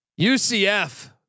UCF